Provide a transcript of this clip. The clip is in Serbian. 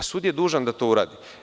Sud je dužan da to uradi.